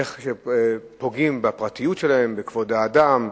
איך פוגעים בפרטיות שלהם, בכבוד האדם,